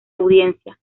audiencia